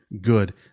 good